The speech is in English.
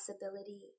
possibility